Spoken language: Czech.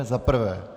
Za prvé.